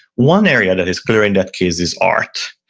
one area that is clearly that case is art,